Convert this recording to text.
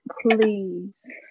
please